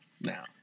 now